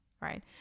right